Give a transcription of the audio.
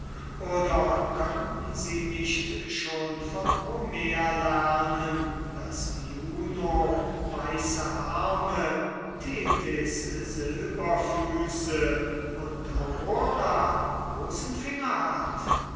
oder könnten sie nicht schon vom homer lernen daß juno weiße arme thetis silberfüße und aurora rosenfinger hat